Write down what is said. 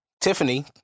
Tiffany